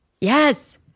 Yes